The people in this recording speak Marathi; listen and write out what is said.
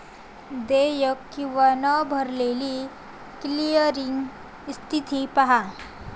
देयक किंवा न भरलेली क्लिअरिंग स्थिती पहा